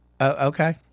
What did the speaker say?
Okay